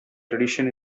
tradition